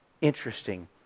interesting